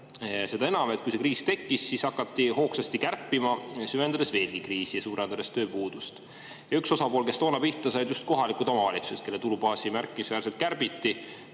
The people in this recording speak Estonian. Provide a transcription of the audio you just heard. Seda enam, et kui see kriis tekkis, siis hakati hoogsasti kärpima, süvendades kriisi veelgi ja suurendades tööpuudust. Üks osapool, kes toona pihta sai, olid just kohalikud omavalitsused, kelle tulubaasi märkimisväärselt kärbiti.